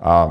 A